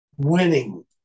Winning